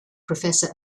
professor